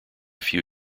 few